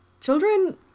Children